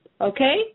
okay